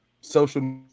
social